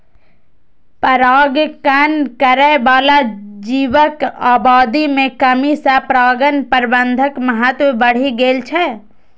परागण करै बला जीवक आबादी मे कमी सं परागण प्रबंधनक महत्व बढ़ि गेल छै